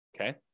Okay